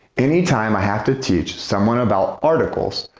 any time i have to teach someone about articles,